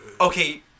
Okay